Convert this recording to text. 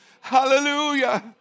Hallelujah